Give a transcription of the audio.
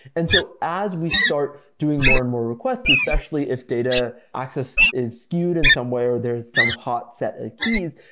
and so as we start doing more and more request, especially if data access is skewed in some way or there is some hot set of ah keys,